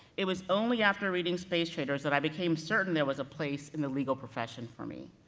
it was only after reading space traders that i became certain, there was a place in the legal profession for me.